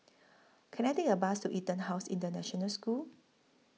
Can I Take A Bus to Etonhouse International School